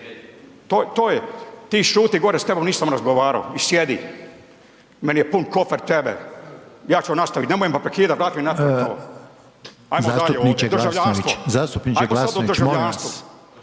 to je, ti šuti gore s tebom nisam razgovaro i sjedi. Meni je pun kofer tebe, ja ću nastavit, nemoj me prekidat i tak mi napeto, ajmo dalje ovde,